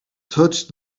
touched